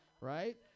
Right